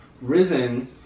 risen